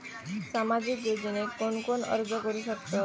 सामाजिक योजनेक कोण कोण अर्ज करू शकतत?